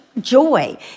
joy